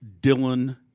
Dylan